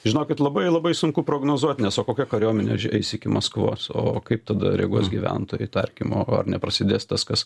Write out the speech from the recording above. žinokit labai labai sunku prognozuot nes o kokia kariuomenė eis iki maskvos o kaip tada reaguos gyventojai tarkim o ar neprasidės tas kas